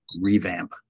revamp